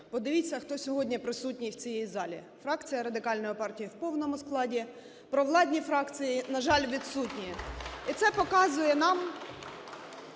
подивіться, хто сьогодні присутній в цій залі: фракція Радикальної партії в повному складі, провладні фракції, на жаль, відсутні. І це показує нам,